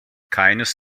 keines